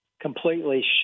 completely